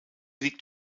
liegt